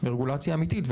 ברגולציה אמיתית,